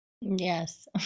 Yes